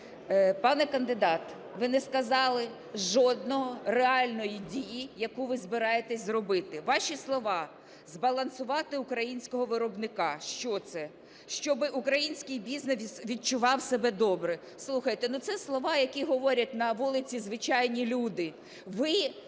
Пане кандидат, ви не сказали жодної реальної дії, яку ви збираєтесь зробити. Ваші слова "збалансувати українського виробника - що це? "Щоб український бізнес відчував себе добре". Слухайте, ну це слова, які говорять на вулиці звичайні люди.